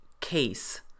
case